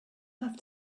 have